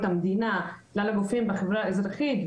המדינה וכלל הגופים בחברה האזרחית,